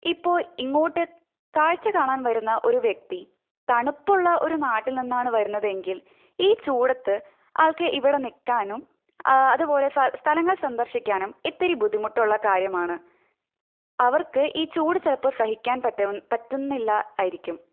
ഇപ്പോൾ ഇങ്ങോട്ട് കാഴ്ച്ച കാണാൻ വരുന്ന ഒരു വ്യക്തി തണുപ്പുള്ള ഒരു നാട്ടിൽ നിന്നാണ് വരുന്നതെങ്കിൽ ഈ ചൂടത്ത് ആൾക്ക് ഇവിടെ നിൽക്കാനും അതുപോലെ സ്ഥലം സ്ഥലങ്ങൾ സന്ദർശിക്കാനും ഇത്തിരി ബുദ്ധിമുട്ടുള്ള കാര്യമാണ് അവർക്ക് ഈ ചൂട് ചിലപ്പോൾ സഹിക്കാൻ പറ്റാവുന്ന പറ്റുന്നില്ല ആയിരിക്കും